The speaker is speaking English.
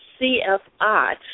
CFI